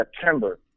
September